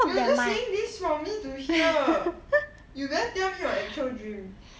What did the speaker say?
you are just saying this for me to hear you better tell me you actual dream